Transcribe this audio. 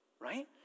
right